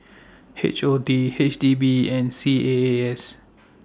H O T H D B and C A A S